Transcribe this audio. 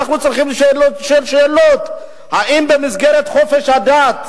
אנחנו צריכים לשאול שאלות: האם במסגרת חופש הדת,